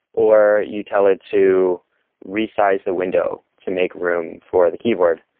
or you tell it to resize the window to make room for the keyboard.